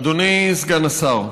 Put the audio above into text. אדוני סגן השר,